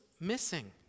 missing